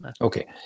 Okay